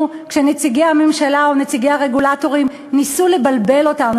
כשנציגי הממשלה או נציגי הרגולטורים ניסו לבלבל אותנו,